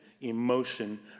emotion